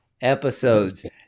episodes